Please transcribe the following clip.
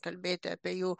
kalbėti apie jų